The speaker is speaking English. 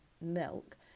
milk